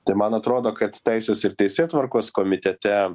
tai man atrodo kad teisės ir teisėtvarkos komitete